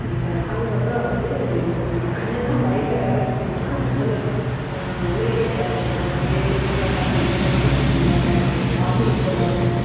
இருப்பேன் அதுக்கப்புறம் வந்து இது பண்ணிடுவேன் என்னென்னா வயலில் வேலை செஞ்சோங்கனா நம்ம உடல் உழைப்பே தேவையில்லை நம்ம நிறையப் பேர் இப்போலாம் பார்த்திங்கன்னா எக்ஸைஸ் பண்ணுறாங்க வாக்கிங் போகிறாங்க